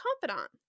confidant